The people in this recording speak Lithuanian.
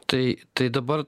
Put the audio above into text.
tai tai dabar